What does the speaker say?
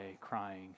crying